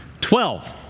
Twelve